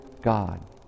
God